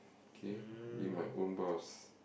okay be my own boss